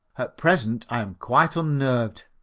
at present i am quite unnerved.